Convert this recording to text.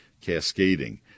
Cascading